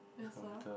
that's all